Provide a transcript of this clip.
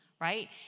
right